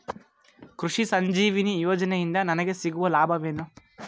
ಕೃಷಿ ಸಂಜೀವಿನಿ ಯೋಜನೆಯಿಂದ ನನಗೆ ಸಿಗುವ ಲಾಭವೇನು?